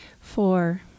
Four